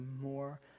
more